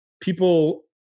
people